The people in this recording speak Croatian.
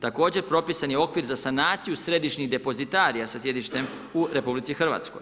Također, propisan je okvir za sanaciju središnjih depozitarija sa sjedištem u RH.